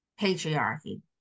patriarchy